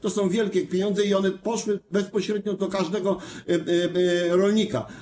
To są wielkie pieniądze i one poszły bezpośrednio do każdego rolnika.